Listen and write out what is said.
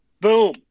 Boom